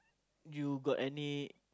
you got any